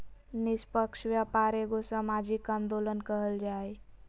निस्पक्ष व्यापार एगो सामाजिक आंदोलन कहल जा हइ